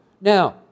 Now